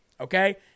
okay